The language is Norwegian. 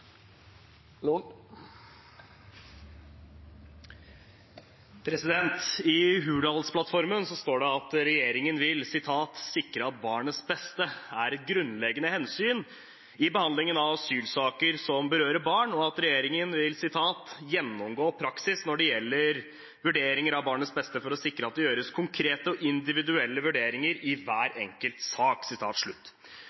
står det at regjeringen vil «sikre at barnets beste er et grunnleggende hensyn i behandlingen av asylsaker som berører barn», og at «regjeringen vil gjennomgå praksis når det gjelder vurderinger av barnets beste for å sikre at det gjøres konkrete og individuelle vurderinger i